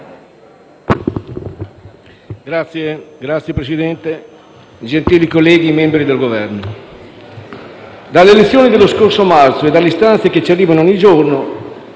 Signor Presidente, gentili colleghi, membri del Governo, dalle elezioni dello scorso marzo e dalle istanze che ci arrivano ogni giorno,